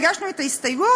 הגשנו את ההסתייגות,